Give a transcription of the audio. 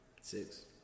Six